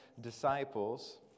disciples